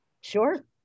Sure